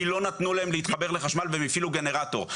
לא נתנו להם להתחבר לחשמל והם הפעילו גנרטור.